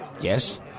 Yes